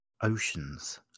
oceans